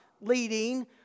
leading